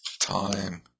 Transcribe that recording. time